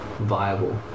viable